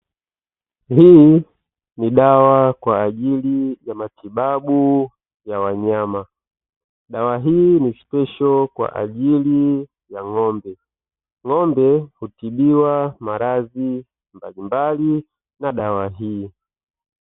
Hii ni dawa kwa ajili ya matibabu ya wanyama, dawa hii ni maalumu kwa ajili ya ng'ombe, ng'ombe hutibiwa maradhi mbalimbali na dawa hii.